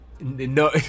No